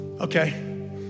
Okay